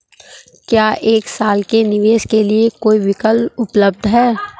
क्या एक साल के निवेश के लिए कोई विकल्प उपलब्ध है?